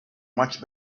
much